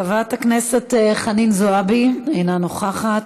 חברת הכנסת חנין זועבי, אינה נוכחת,